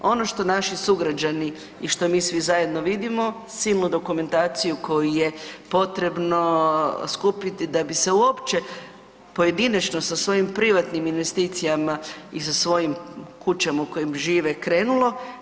Ono što naši sugrađani i što mi svu zajedno vidimo silnu dokumentaciju koju je potrebno skupiti da bi se uopće pojedinačno sa svojim privatnim investicijama i sa svojim kućama u kojim žive krenulo.